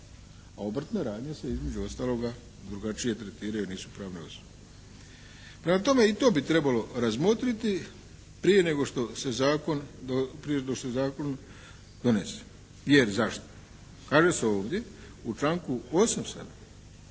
a obrtna radnje se između ostaloga drugačije tretiraju jer nisu pravne osobe. Prema tome i to bi trebalo razmotriti prije nego što se zakon donese. Jer zašto? Kaže se ovdje u članku 8.